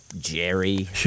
Jerry